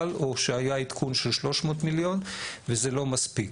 או שהיה עדכון של 300 מיליון וזה לא מספיק.